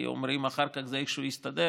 כי אומרים שאחר כך זה איכשהו יסתדר,